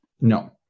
No